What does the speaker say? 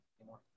anymore